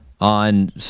on